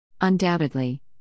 Undoubtedly